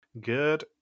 Good